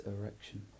erection